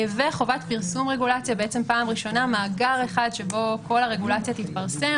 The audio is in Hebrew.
וחובת פרסום רגולציה בפעם הראשונה מאגר אחד שבו כל הרגולציה תתפרסם,